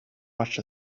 watched